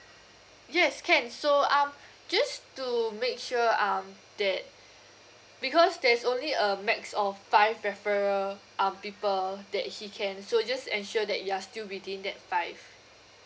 yes can so um just to make sure um that because there's only a max of five referral um people that he can so just ensure that you are still within that five